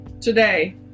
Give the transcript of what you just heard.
today